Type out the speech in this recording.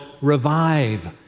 Revive